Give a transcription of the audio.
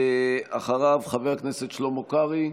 חבר הכנסת שלמה קרעי,